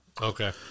okay